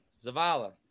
Zavala